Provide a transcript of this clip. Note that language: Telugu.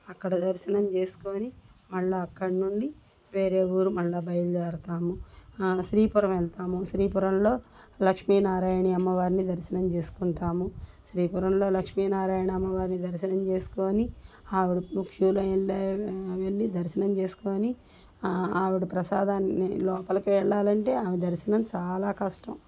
అక్కడ దర్శనం చేసుకోని మళ్ళీ అక్కడ నుండి వేరే ఊరు మళ్ళీ బయల్దేరుతాము శ్రీపురమెళ్తాము శ్రీపురంలో లక్ష్మీనారాయణి అమ్మవారిని దర్శనం చేసుకుంటాము శ్రీపురంలో లక్ష్మీనారాయణ అమ్మవారిని దర్శనం చేసుకోని ఆవిడకు క్యూ లైన్లో వెళ్ళి దర్శనం చేసుకోని ఆవిడ ప్రసాదాన్ని లోపలికెళ్ళాలంటే ఆ దర్శనం చాలా కష్టం